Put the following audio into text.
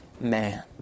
man